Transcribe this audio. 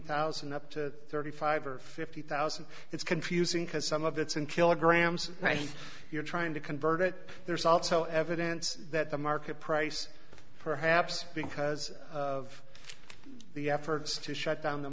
thousand up to thirty five or fifty thousand it's confusing because some of that's in kilograms right you're trying to convert it there's also evidence that the market price perhaps because of the efforts to shut down the